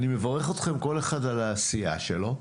אני מברך אתכם כל אחד על העשייה שלו,